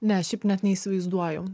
ne šiaip net neįsivaizduoju